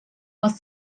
was